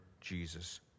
Jesus